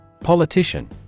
Politician